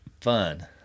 fun